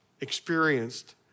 experienced